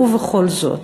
ובכל זאת,